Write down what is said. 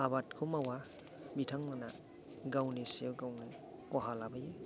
आबादखौ मावा बिथांमोनहा गावनि सायाव गावनो ख'हा लाबोयो